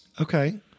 Okay